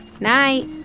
Night